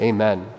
Amen